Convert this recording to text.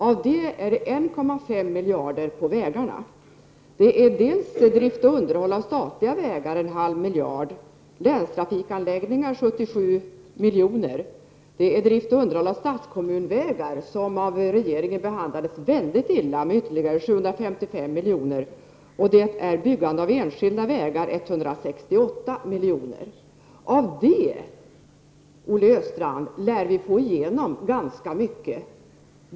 Av detta är 1,5 miljarder för vägarna. För drift och underhåll av statliga vägar föreslås 0,5 miljarder, till länstrafikanläggningar 77 miljoner, till drift och underhåll av statskommunvägar ytterligare 755 miljoner — dessa har av regeringen behandlats mycket illa — och till byggande av enskilda vägar 168 miljoner. Av detta, Olle Östrand, lär vi få igenom ganska mycket.